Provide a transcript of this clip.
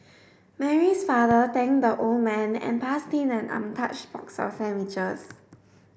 Mary's father thanked the old man and passed him an untouched box of sandwiches